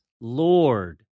Lord